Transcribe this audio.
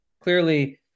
Clearly